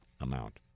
amount